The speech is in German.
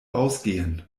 ausgehen